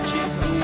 Jesus